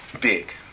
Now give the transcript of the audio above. BIG